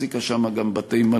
החזיקה שם גם בתי-מלון,